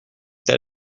that